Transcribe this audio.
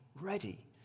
Ready